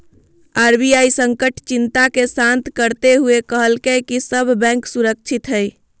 RBI संकट चिंता के शांत करते हुए कहलकय कि सब बैंक सुरक्षित हइ